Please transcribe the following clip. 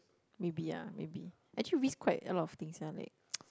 maybe ah maybe actually risk quite a lot things sia like